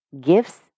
gifts